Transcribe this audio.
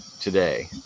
today